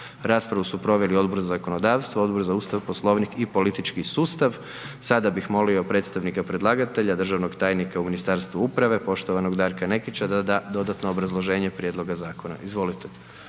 Raspravu su proveli Odbor za zakonodavstvo, Odbor za Ustav, Poslovnik i politički sustav. Sada bih molio predstavnika predlagatelja, državnog tajnika u Ministarstvu uprave, poštovanog Darka Nekića da da dodatno obrazloženje prijedloga zakona. Izvolite.